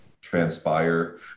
transpire